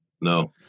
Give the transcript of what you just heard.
no